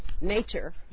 Nature